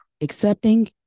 Accepting